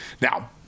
Now